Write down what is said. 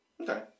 okay